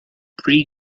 pre